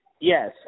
Yes